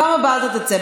בפעם הבאה אתה תצא.